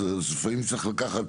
לפעמים צריך לקחת